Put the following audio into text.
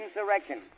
insurrection